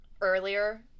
earlier